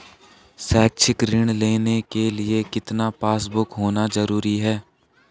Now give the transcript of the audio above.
शैक्षिक ऋण लेने के लिए कितना पासबुक होना जरूरी है?